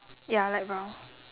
ya light brown